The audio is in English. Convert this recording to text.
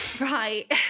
Right